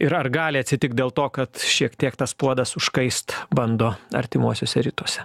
ir ar gali atsitikt dėl to kad šiek tiek tas puodas užkaist bando artimuosiuose rytuose